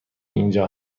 اینجا